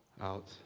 out